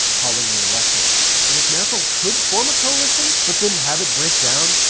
calling new elections. and if merkel could form a coalition, but then have it break down,